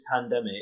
pandemic